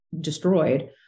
destroyed